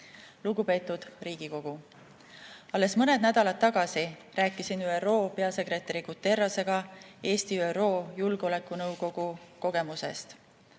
Lugupeetud Riigikogu! Alles mõned nädalad tagasi rääkisin ÜRO peasekretäri Guterresega Eesti ÜRO Julgeolekunõukogu kogemusest.